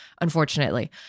unfortunately